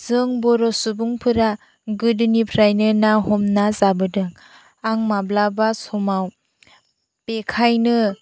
जों बर' सुबुंफोरा गोदोनिफ्रायनो ना हमना जाबोदों आं माब्लाबा समाव बेखायनो